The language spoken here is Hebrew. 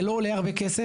זה לא עולה הרבה כסף.